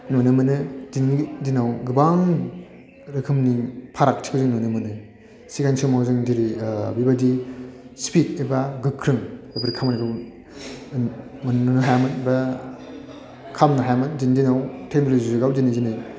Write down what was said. नुनो मोनो दिनैनि दिनाव गोबां रोखोमनि फारागथिखौ जों नुनो मोनो सिगांनि समाव जों जेरै बेबायदि स्पिड एबा गोख्रों बेफोर खामानिखौ मोननो हायामोन बा खालामनो हायामोन दिनैनि दिनाव टेकन'ल'जि जुगाव दिनै